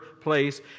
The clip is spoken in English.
place